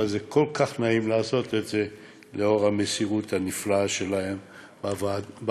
אבל זה כל כך נעים לעשות את זה לאור המסירות הנפלאה שלהם בעבודת